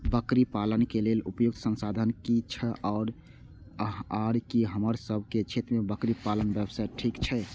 बकरी पालन के लेल उपयुक्त संसाधन की छै आर की हमर सब के क्षेत्र में बकरी पालन व्यवसाय ठीक छै?